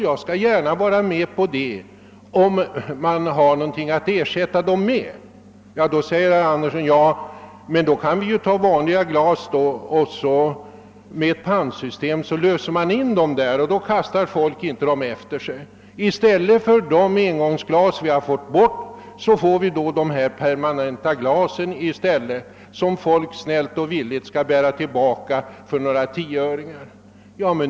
Ja, jag går gärna med på det, om vi har någonting att ersätta dem med. Då säger herr Andersson, att vi kan lösa problemet genom att tillämpa ett pantsystem för vanliga glas, så att folk inte kastar dem efter sig. I stället för engångsglasen kommer man då att använda permanenta glas, som folk snällt och villigt bär tillbaka till affären för att få några tioöringar.